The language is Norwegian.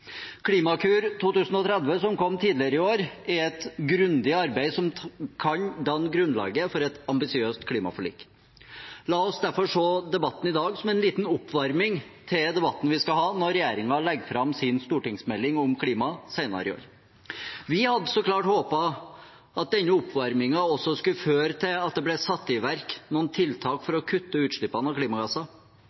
Klimakur 2030, som kom tidligere i år, er et grundig arbeid som kan danne grunnlaget for et ambisiøst klimaforlik. La oss derfor se på debatten i dag som en liten oppvarming til debatten vi skal ha når regjeringen legger fram sin stortingsmelding om klima senere i år. Vi hadde så klart håpet at denne oppvarmingen også skulle føre til at det ble satt i verk noen tiltak for å kutte utslippene av klimagasser.